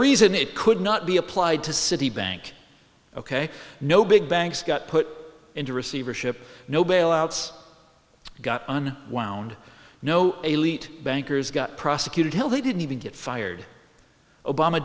reason it could not be applied to citibank ok no big banks got put into receivership no bailouts got on wound no elite bankers got prosecuted hell they didn't even get fired obama